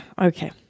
Okay